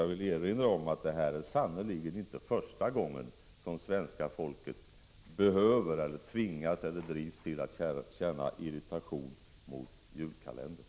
Jag vill erinra om att det sannerligen inte är första gången som svenska folket behöver känna, eller tvingas eller drivs till att känna, irritation över julkalendern.